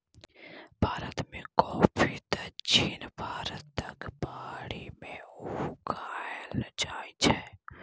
भारत मे कॉफी दक्षिण भारतक पहाड़ी मे उगाएल जाइ छै